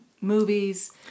movies